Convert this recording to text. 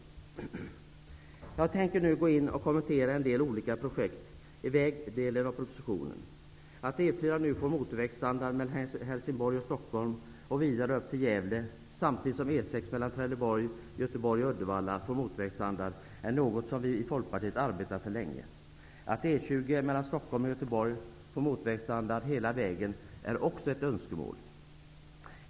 Jag tänker nu kommentera en del olika projekt i vägdelen av propositionen. Att E 4 nu får motorvägsstandard mellan Helsingborg och E 6 mellan Trelleborg, Göteborg och Uddevalla får motorvägsstandard är något som vi i Folkpartiet har arbetat för länge. Att E 20 mellan Stockholm och Göteborg får motorvägsstandard hela vägen är också ett önskemål.